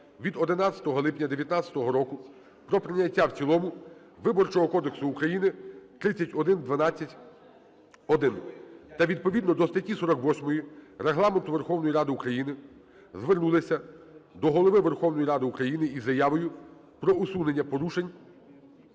від 11 липня 19-го року про прийняття в цілому Виборчого кодексу України (31121) та відповідно до статті 48 Регламенту Верховної Ради України звернулися до Голови Верховної Ради України із заявою про усунення порушень